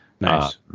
Nice